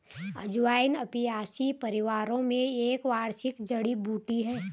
अजवाइन अपियासी परिवार में एक वार्षिक जड़ी बूटी है